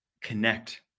connect